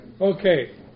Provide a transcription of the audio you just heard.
Okay